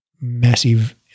massive –